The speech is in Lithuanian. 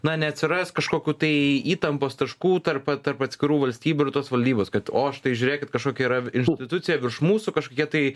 na neatsiras kažkokių tai įtampos taškų tarp tarp atskirų valstybių ir tos valdybos kad o štai žiūrėkit kažkokia yra institucija virš mūsų kažkokie tai